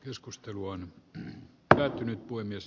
keskustelu on päätynyt voi myös